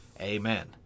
Amen